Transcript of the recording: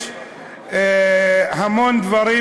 יש המון דברים,